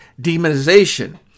demonization